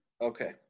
Okay